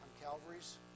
calvary's